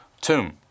tomb